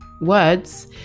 words